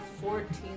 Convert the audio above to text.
Fourteen